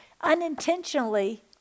unintentionally